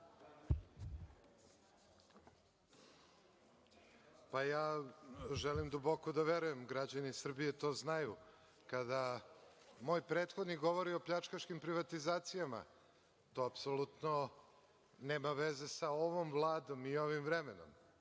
Želim duboko da verujem, građani Srbije to znaju, kada moj prethodnik govori o pljačkaškim privatizacijama, to apsolutno nema veze sa ovom Vladom i ovim vremenom.